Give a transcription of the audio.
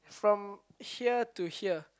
from here to here